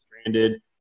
stranded